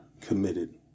committed